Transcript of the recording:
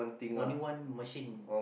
only one machine